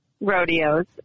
rodeos